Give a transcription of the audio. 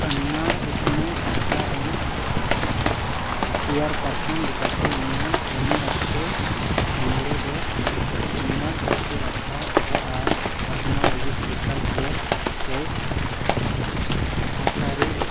ᱠᱚᱱᱱᱚᱲ ᱩᱛᱱᱟᱹᱣ ᱯᱟᱦᱴᱟ ᱨᱮᱱ ᱪᱮᱭᱟᱨ ᱯᱟᱨᱥᱮᱱ ᱞᱮᱠᱟᱛᱮ ᱩᱱᱤᱭᱟᱜ ᱠᱟᱹᱢᱤ ᱚᱠᱛᱮ ᱪᱚᱱᱫᱨᱚ ᱫᱚ ᱠᱚᱱᱱᱚᱲ ᱯᱟᱹᱨᱥᱤ ᱨᱟᱠᱷᱟ ᱫᱚᱦᱚ ᱟᱨ ᱯᱟᱥᱱᱟᱣ ᱞᱟᱹᱜᱤᱫ ᱮᱠᱟᱞ ᱡᱚᱨ ᱛᱮᱭ ᱦᱟᱥᱟᱨᱤ ᱞᱮᱫᱟ